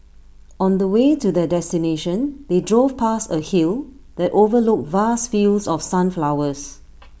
on the way to their destination they drove past A hill that overlooked vast fields of sunflowers